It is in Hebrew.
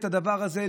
את הדבר הזה,